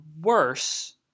worse